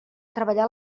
treballar